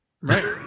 Right